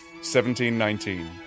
1719